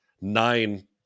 nine